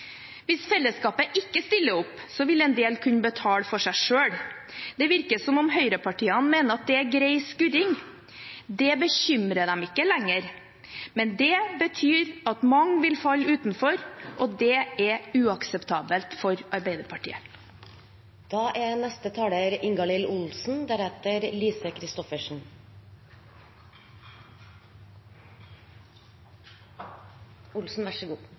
Hvis fellesskapet ikke stiller opp, vil en del kunne betale for seg selv. Det virker som om høyrepartiene mener at det er grei skuring. Det bekymrer dem ikke lenger, men det betyr at mange vil falle utenfor, og det er uakseptabelt for Arbeiderpartiet.